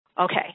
Okay